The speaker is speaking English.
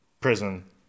prison